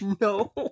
No